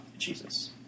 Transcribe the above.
Jesus